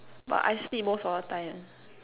but I sleep most of the time